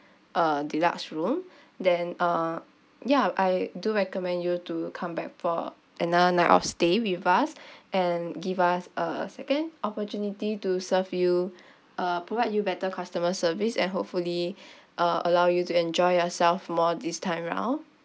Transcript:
uh deluxe room then uh ya I do recommend you to come back for another night of stay with us and give us a second opportunity to serve you uh provide you better customer service and hopefully uh allow you to enjoy yourself more this time round